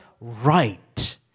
right